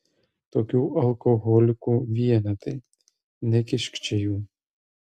tokių alkoholikų vienetai nekišk čia jų